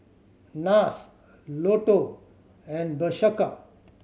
Nars Lotto and Bershka